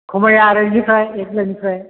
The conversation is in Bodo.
खमाया आरो बिनिफ्राय एक लाखनिफ्राय